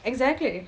exactly